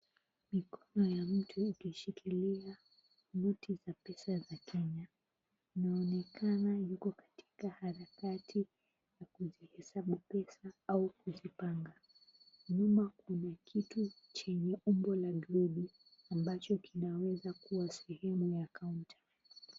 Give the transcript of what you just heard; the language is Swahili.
Mikono ya mtu ikishikilia noti za pesa za kenya. Inaonekana yuko katika harakati za kuzihesabu pesa au kujipanga nyuma kuna kitu chenye umbo la globu, ambacho kinaweza kuwa sehemu ya kaunta.